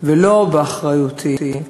ולא באחריותי,